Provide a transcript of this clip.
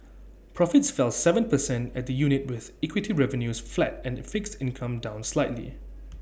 profits fell Seven percent at the unit with equity revenues flat and fixed income down slightly